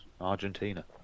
Argentina